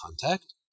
contact